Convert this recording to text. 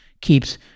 keeps